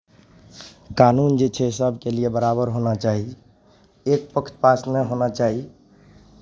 कानून जे छै सभके लिए बराबर होना चाही एक पक्षपात नहि होना चाही